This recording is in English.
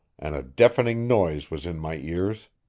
and a deafening noise was in my ears.